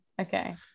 Okay